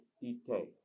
detail